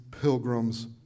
pilgrims